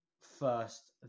first